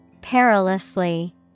Perilously